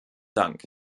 dank